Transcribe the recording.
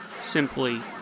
simply